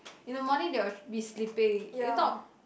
in the morning they will be sleeping if not